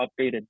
updated